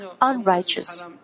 unrighteous